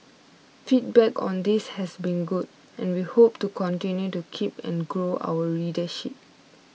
feedback on this has been good and we hope to continue to keep and grow our readership